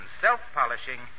Self-Polishing